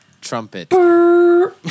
trumpet